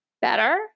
better